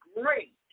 great